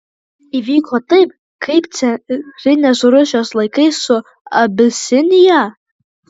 įvyko taip kaip carinės rusijos laikais su abisinija